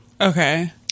Okay